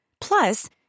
Plus